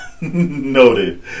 Noted